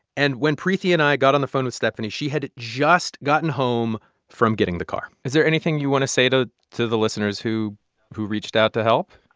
and when preeti and i got on the phone with stephanie, she had just gotten home from getting the car is there anything you want to say to to the listeners who who reached out to help?